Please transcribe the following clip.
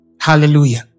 Hallelujah